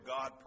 God